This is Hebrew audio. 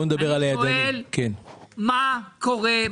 אני שואל מה קורה,